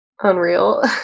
unreal